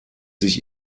sich